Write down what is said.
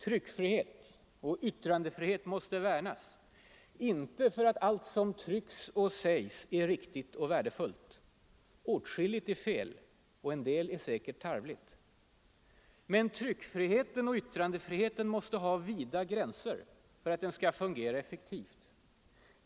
Tryckfrihet och yttrandefrihet måste värnas, inte för att allt som trycks och sägs är riktigt och värdefullt. Åtskilligt är fel, och en del är säkert tarvligt. Men tryckfriheten och yttrandefriheten måste ha vida gränser för att fungera effektivt.